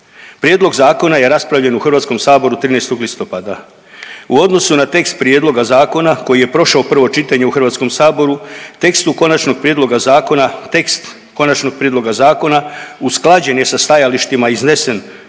Prijedlog zakona je raspravljen u Hrvatskom saboru 13. listopada. U odnosu na tekst prijedloga zakona koji je prošao prvo čitanje u Hrvatskom saboru tekstu konačnog prijedloga zakona, tekst konačnog